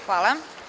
Hvala.